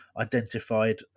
identified